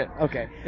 Okay